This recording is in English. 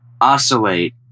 oscillate